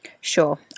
Sure